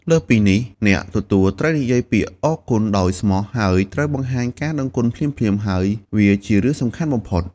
លើសពីនេះ អ្នកទទួលត្រូវនិយាយពាក្យអរគុណដោយស្មោះ ហើយត្រូវបង្ហាញការដឹងគុណភ្លាមៗ ហើយវាជារឿងសំខាន់បំផុត។